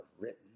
written